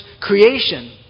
creation